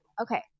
okay